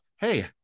hey